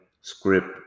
script